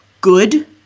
good